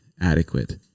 adequate